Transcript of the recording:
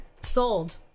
sold